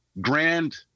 grand